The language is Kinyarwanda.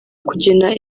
kugena